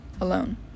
alone